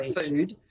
food